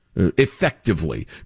effectively